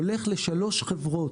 הולך לשלוש חברות: